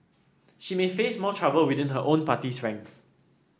she may face more trouble within her own party's ranks